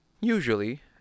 usually